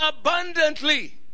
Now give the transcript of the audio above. abundantly